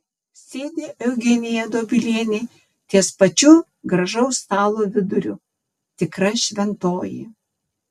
sėdi eugenija dobilienė ties pačiu gražaus stalo viduriu tikra šventoji